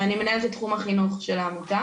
ואני מנהלת את תחום החינוך של העמותה.